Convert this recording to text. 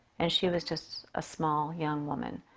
and she was just a small young woman.